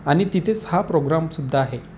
आणि तिथेच हा प्रोग्रामसुद्धा आहे